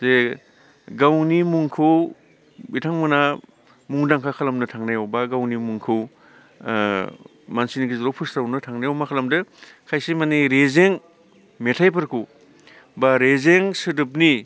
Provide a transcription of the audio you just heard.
जे गावनि मुंखौ बिथांमोना मुंदांखा खालामनो थांनायाव बा गावनि मुंखौ मानसिनि गेजेराव फोस्रावनो थांनायाव मा खालामदों खायसे माने रेजें मेथाइफोरखौ बा रेजें सोदोबनि